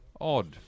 odd